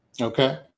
Okay